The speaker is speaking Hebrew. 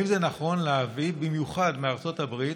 אם זה נכון להביא, במיוחד מארצות הברית,